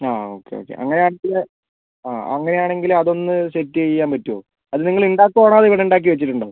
ആ okay okay അങ്ങനെ ആണെങ്കിൽ ആ അങ്ങനെ ആണെങ്കിൽ അതൊന്ന് സെറ്റ് ചെയ്യാൻ പറ്റുമോ അത് നിങ്ങൾ ഉണ്ടാക്കുവാണോ അതോ ഇവിടെ ഉണ്ടാക്കി വെച്ചിട്ടുണ്ടോ